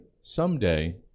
someday